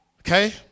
Okay